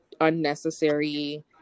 unnecessary